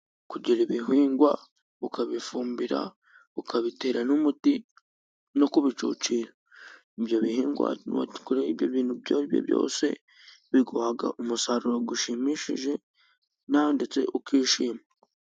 Kugira ibihingwa ukabifumbira， ukabitera n'umuti no kubicucira，ibyo bihingwa iyo wabikoreye ibyo byose，biguha umusaruro ushimishije，nawe ndetse ukishima.